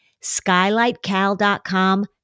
SkylightCal.com